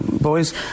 boys